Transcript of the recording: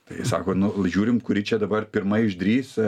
tai sako nu žiūrim kuri čia dabar pirma išdrįs